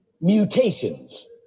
Mutations